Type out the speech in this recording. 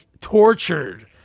tortured